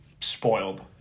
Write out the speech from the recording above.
spoiled